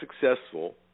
successful